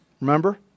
Remember